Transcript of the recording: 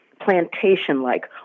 plantation-like